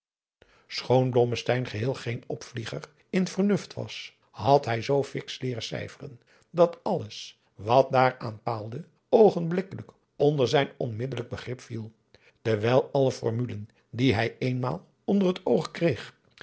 blommesteyn geheel geen overvlieger in vernust was had hij zoo fiks leeren cijferen dat alles wat daaraan paalde oogenblikkelijk onder zijn onmiddellijk begrip viel terwijl alle formulen die hij eenmaal onder het oog kreeg